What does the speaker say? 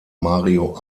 mario